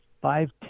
five